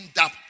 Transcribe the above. up